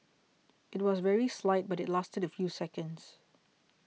it was very slight but it lasted a few seconds